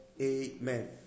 Amen